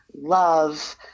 love